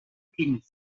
tennis